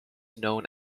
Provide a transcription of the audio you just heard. known